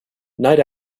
night